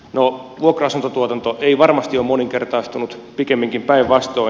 vuokra asuntotuotanto ei varmasti ole moninkertaistunut pikemminkin päinvastoin